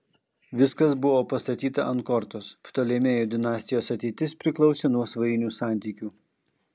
viskas buvo pastatyta ant kortos ptolemėjų dinastijos ateitis priklausė nuo svainių santykių